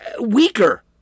weaker